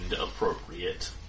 appropriate